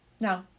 No